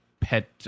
pet